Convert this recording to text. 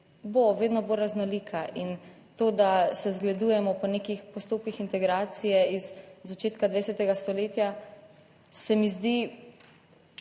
bo vedno bolj raznolika. In to, da se zgledujemo po nekih postopkih integracije iz začetka 20. stoletja se mi zdi,